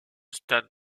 stade